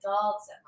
adults